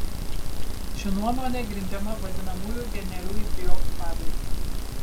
ši nuomonė grindžiama vadinamųjų genialių idiotų pavyzdžiu